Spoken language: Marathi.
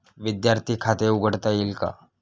विद्यार्थी खाते उघडता येईल का?